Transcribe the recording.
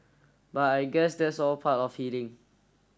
but I guess that's all part of healing